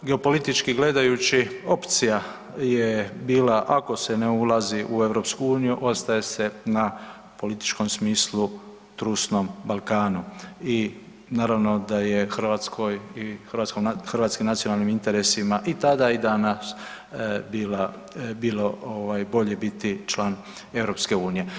Geopolitički gledajući opcija je bila ako se ne ulazi u EU ostaje se na političkom smislu trusnom Balkanu i naravno da je Hrvatskoj i u hrvatskim nacionalnim interesima i tada i danas bilo bolje biti član EU.